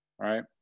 right